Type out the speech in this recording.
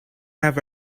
have